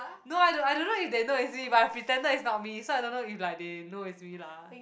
no I don't I don't know if they know it's me but I pretended it's not me so I don't know if like they know it's me lah